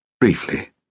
Briefly